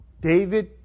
David